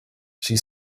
she